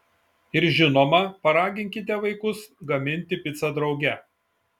ir žinoma paraginkite vaikus gaminti picą drauge